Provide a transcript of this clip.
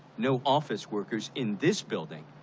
no office workers in this building.